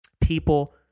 People